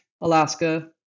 Alaska